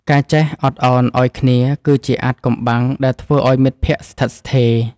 ការចេះអត់ឱនឱ្យគ្នាគឺជាអាថ៌កំបាំងដែលធ្វើឱ្យមិត្តភាពស្ថិតស្ថេរ។